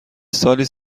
سالی